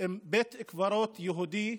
אם בית קברות יהודי,